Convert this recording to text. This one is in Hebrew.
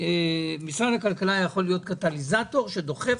משרד הכלכלה יכול להיות קטליזטור שדוחף